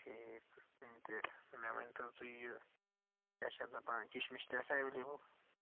ٹھیک تہٕ مےٚ ؤنۍ تَو تُہۍ یہِ کیاہ چھِ یَتھ دَپان کِشمِش تہِ آسِیا ایٚویلِبل